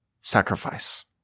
sacrifice